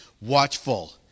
watchful